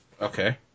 Okay